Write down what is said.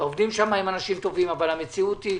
העובדים שם אנשים טובים, אבל המציאות היא,